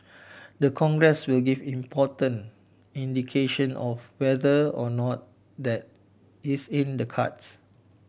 the Congress will give important indication of whether or not that is in the cards